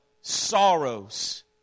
sorrows